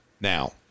Now